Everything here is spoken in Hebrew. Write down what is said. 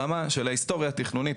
ברמה של ההיסטוריה התכנונית,